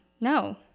No